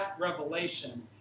revelation